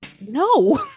no